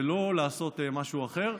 ולא לעשות משהו אחר.